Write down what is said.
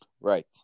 Right